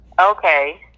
Okay